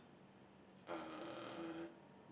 uh